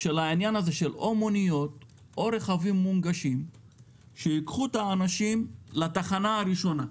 או מוניות או רכבים מונגשים שייקחו את האנשים לתחנה הראשונה,